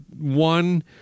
one